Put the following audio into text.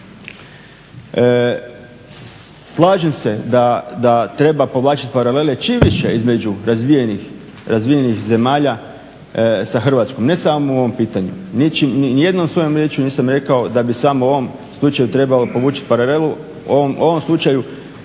Slažem se da treba povlačiti paralele čim više između razvijenih zemalja sa Hrvatskom ne samo o ovom pitanju. Ni jednom svojom riječju nisam rekao da bi samo u ovom slučaju trebalo povući paralelu. U ovom slučaju